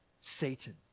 Satan